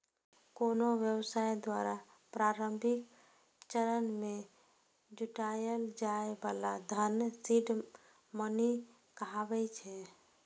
कोनो व्यवसाय द्वारा प्रारंभिक चरण मे जुटायल जाए बला धन सीड मनी कहाबै छै